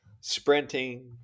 sprinting